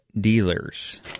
Dealers